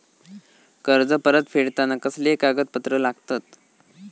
कर्ज परत फेडताना कसले कागदपत्र लागतत?